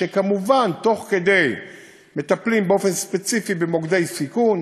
כמובן, תוך כדי מטפלים באופן ספציפי במוקדי סיכון